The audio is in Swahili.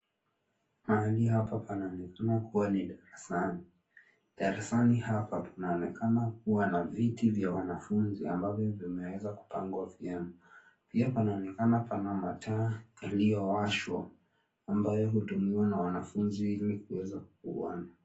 Mahali hapa panaonekana kuwa ni darasani. Darasani hapa panaonekana kuwa na viti vya wanafunzi ambavyo vimeweza kupangwa vyema, pia panaonekana pana mataa yaliyowashwa ambayo hutumiwa na wanafunzi ili kuweza kuona.